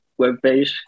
webpage